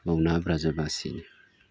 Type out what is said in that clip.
ꯄꯧꯅꯥ ꯕ꯭ꯔꯖꯕꯥꯁꯤꯅꯤ